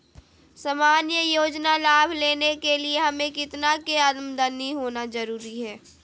सामान्य योजना लाभ लेने के लिए हमें कितना के आमदनी होना जरूरी है?